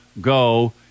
go